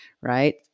right